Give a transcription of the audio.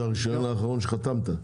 זה הרישיון האחרון שחתמת עליו.